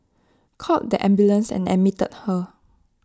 called the ambulance and admitted her